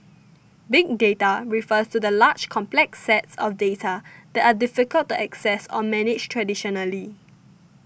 big data refers to large complex sets of data that are difficult to access or manage traditionally